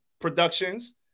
productions